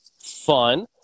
fun